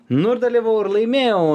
nu ir dalyvavau ir laimėjau